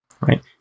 right